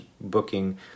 booking